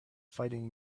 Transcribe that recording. fighting